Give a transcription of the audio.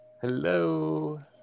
Hello